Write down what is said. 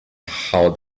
how